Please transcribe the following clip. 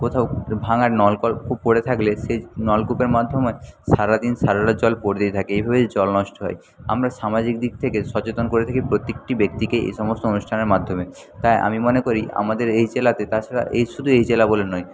কোথাও ভাঙ্গা নলকল কূপ পড়ে থাকলে সেই নলকূপের মাধ্যমে সারা দিন সারা রাত জল পড়তেই থাকে এইভাবেই জল নষ্ট হয় আমরা সামাজিক দিক থেকে সচেতন করে থাকি প্রত্যেকটি ব্যক্তিকেই এই সমস্ত অনুষ্ঠানের মাধ্যমে তাই আমি মনে করি আমাদের এই জেলাতে তাছাড়া এই শুধু এই জেলা বলে নয়